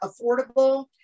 affordable